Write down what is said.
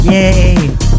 Yay